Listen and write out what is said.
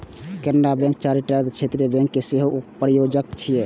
Canara bank चारिटा क्षेत्रीय bank के सेहो प्रायोजक छियै